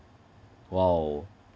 !wow!